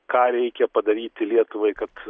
ką reikia padaryti lietuvai kad